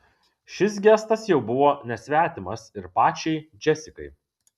šis gestas jau buvo nesvetimas ir pačiai džesikai